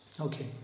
Okay